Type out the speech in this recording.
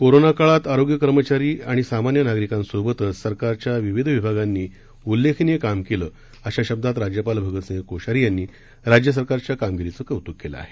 corona काळात आरोग्य कर्मचारी आणि सामान्य नागरिकांसोबतच सरकारच्या विविध विभागांनी उल्लेखनीय काम केलं अशा शब्दात राज्यपाल भगतसिंह कोश्यारी यांनी राज्य सरकारच्या कामगिरीचं कौतूक केलं आहे